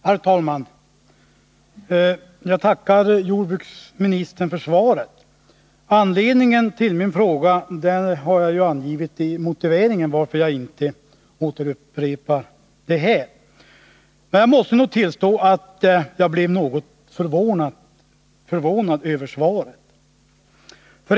Herr talman! Jag tackar jordbruksministern för svaret. Anledningen till min fråga har jag angivit i motiveringen, varför jag inte upprepar den här. Jag måste tillstå att jag blev något förvånad över svaret.